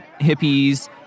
hippies